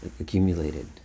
accumulated